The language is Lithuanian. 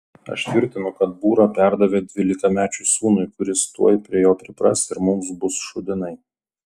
aš tvirtinu kad būrą perdavė dvylikamečiui sūnui kuris tuoj prie jo pripras ir mums bus šūdinai